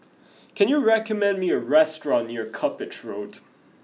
can you recommend me a restaurant near Cuppage Road